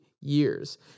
years